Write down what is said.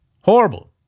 Horrible